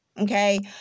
okay